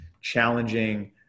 challenging